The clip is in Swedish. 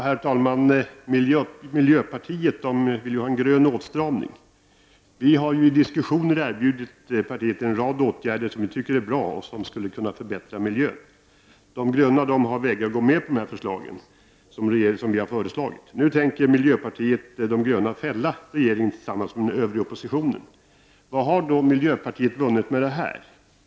Herr talman! Miljöpartiet vill ju ha en grön åtstramning. Vi har i diskussioner erbjudit partiet en rad åtgärder som vi tycker är bra och som skulle kunna förbättra miljön. Miljöpartisterna har vägrat att gå med på förslagen. Nu tänker miljöpartiet de gröna tillsammans med den övriga oppositionen fälla regeringen. Vad har då miljöpartiet vunnit med det här?